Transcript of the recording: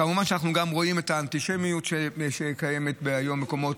כמובן שאנחנו גם רואים את האנטישמיות שקיימת היום במקומות,